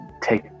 take